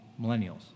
Millennials